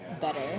better